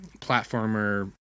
platformer